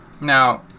Now